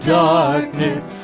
darkness